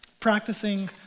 practicing